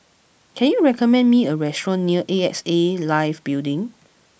can you recommend me a restaurant near A X A Life Building